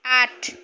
आठ